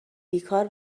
بیکار